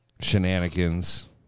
shenanigans